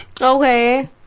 okay